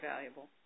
valuable